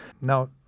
Now